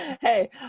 Hey